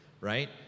right